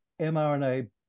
mRNA